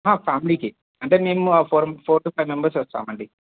ఫ్యామిలీకి అంటే మేము four four to five members వస్తామండి